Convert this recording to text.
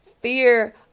fear